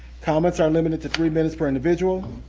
comments are limited to three minutes per individual.